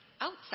outside